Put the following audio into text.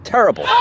Terrible